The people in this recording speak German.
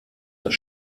das